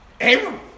Abram